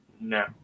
no